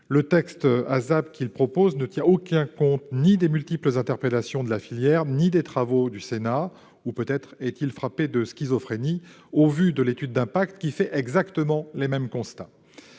le texte ASAP qu'il propose ne tient aucun compte des multiples interpellations de la filière et des travaux du Sénat. Ou peut-être est-il frappé de schizophrénie, au vu de l'étude d'impact, qui dresse exactement les mêmes constats